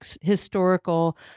historical